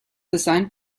designed